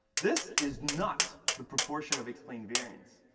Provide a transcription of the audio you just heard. this is not the proportion of explained variance,